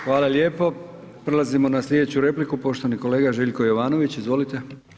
Hvala lijepo, prelazimo na slijedeću repliku poštovani kolega Željko Jovanović, izvolite.